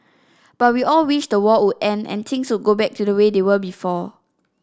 but we all wished the war would end and things would go back to the way they were before